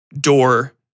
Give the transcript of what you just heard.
door